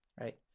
right